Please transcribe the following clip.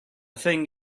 thing